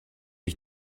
ich